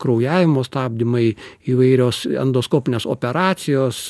kraujavimo stabdymai įvairios endoskopinės operacijos